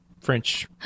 French